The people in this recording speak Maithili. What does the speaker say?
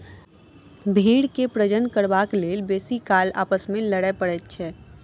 भेंड़ के प्रजनन करबाक लेल बेसी काल आपस मे लड़य पड़ैत छै